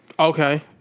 Okay